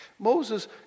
Moses